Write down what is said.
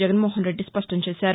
జగన్మోహన్ రెద్ది స్పష్టం చేశారు